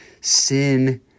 sin